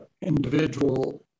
individual